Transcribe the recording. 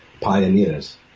pioneers